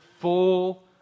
full